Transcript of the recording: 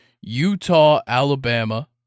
Utah-Alabama